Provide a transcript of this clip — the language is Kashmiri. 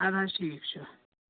اَدٕ حظ ٹھیٖک چھُ